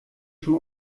schon